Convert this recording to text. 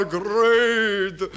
great